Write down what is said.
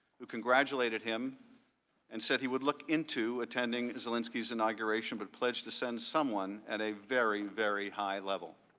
who congratulated him and said he would look into attending zelensky's inauguration but pledged to send someone and a very, very high level.